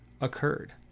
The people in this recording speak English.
occurred